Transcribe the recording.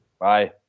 Bye